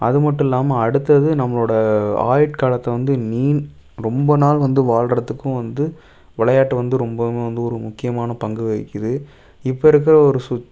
அது மட்டும் இல்லாமல் அடுத்தது நம்மளோடய ஆயுட்காலத்தை வந்து நீண்ட ரொம்ப நாள் வந்து வாழ்கிறதுக்கும் வந்து விளையாட்டு வந்து ரொம்பவும் வந்து ஒரு முக்கியமான பங்கு வகிக்குது இப்போ இருக்கிற ஒரு